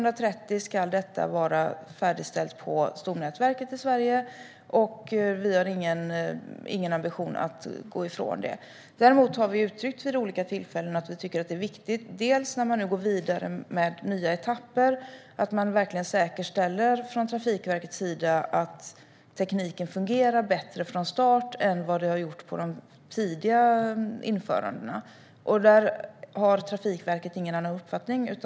Det ska vara färdigställt på stomnätverket i Sverige till 2030. Vi har ingen ambition att frångå det. Vi har vid olika tillfällen däremot uttryckt att det är viktigt att Trafikverket verkligen säkerställer att tekniken fungerar bättre från start när man går vidare med nya etapper än vad fallet har varit när det tidigare har införts. Trafikverket har ingen annan uppfattning.